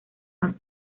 más